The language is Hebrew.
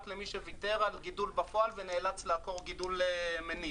למי שוויתר על גידול בפועל ונאלץ לעקור גידול מניב.